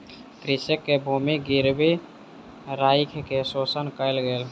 कृषक के भूमि गिरवी राइख के शोषण कयल गेल